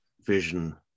vision